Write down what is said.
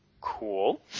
cool